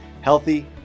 healthy